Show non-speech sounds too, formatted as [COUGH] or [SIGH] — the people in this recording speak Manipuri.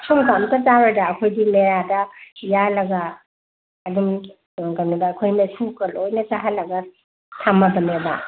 ꯁꯨꯝꯀ ꯑꯝꯇ ꯆꯥꯔꯣꯏꯗ ꯑꯩꯈꯣꯏꯒꯤ [UNINTELLIGIBLE] ꯌꯥꯜꯂꯒ ꯑꯗꯨꯝ ꯀꯩꯅꯣꯗ ꯑꯩꯈꯣꯏꯅ ꯃꯩꯈꯨꯒ ꯂꯣꯏꯅ ꯆꯥꯍꯜꯂꯒ ꯊꯝꯃꯕꯅꯦꯕ